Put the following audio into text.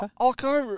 Okay